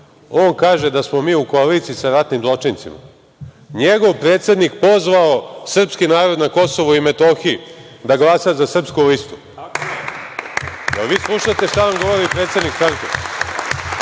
On kaže da smo mi u koaliciji sa ratnim zločincima. Njegov predsednik pozvao srpski narod na KiM da glasa sa Srpsku listu. Da li vi slušate šta vam govori predsednik stranke? Ja